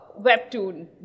webtoon